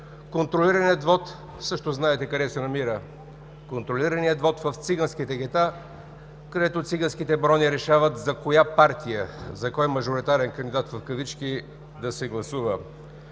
контролираният вот е в циганските гета, където циганските барони решават за коя партия, за кой „мажоритарен кандидат” да се гласува.